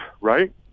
right